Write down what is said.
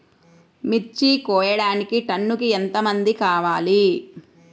మిర్చి కోయడానికి టన్నుకి ఎంత మంది కావాలి?